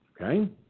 Okay